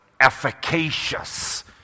efficacious